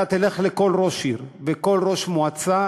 אתה תלך לכל ראש עיר ולכל ראש מועצה,